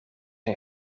een